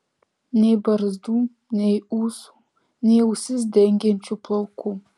nei barzdų nei ūsų nei ausis dengiančių plaukų